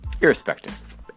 Irrespective